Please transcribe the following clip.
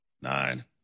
nine